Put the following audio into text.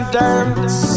dance